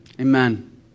Amen